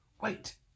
Wait